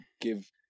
give